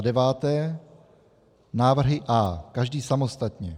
9. Návrhy A, každý samostatně.